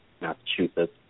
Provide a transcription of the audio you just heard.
Massachusetts